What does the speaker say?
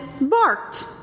barked